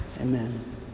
Amen